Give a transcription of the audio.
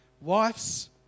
Wives